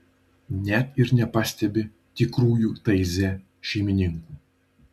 net ir nepastebi tikrųjų taize šeimininkų